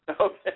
Okay